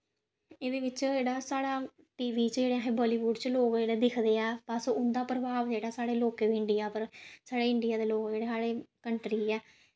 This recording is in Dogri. ऐह्दे बिच्च जेह्ड़ा साढ़ा टी वी च जेह्ड़े अस बॉलीबुड च लोक जेह्ड़े दिखदे ऐ बस उं'दा प्रभाव जेह्ड़ा साढ़े लोकें पर इंडिया पर साढ़े इंडिया दे लोक जेह्ड़े साढ़ी कंट्री ऐ